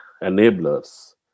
enablers